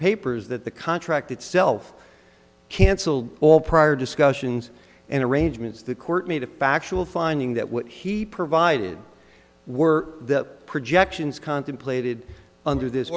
papers that the contract itself cancelled all prior discussions and arrangements the court made a factual finding that what he provided were the projections contemplated under this